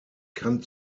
kann